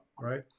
Right